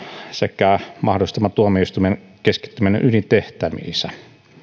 sekä mahdollistamalla tuomioistuimen keskittyminen ydintehtäviinsä